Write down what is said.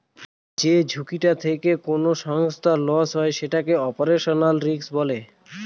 যে ঝুঁকিটা থেকে কোনো সংস্থার লস হয় সেটাকে অপারেশনাল রিস্ক বলে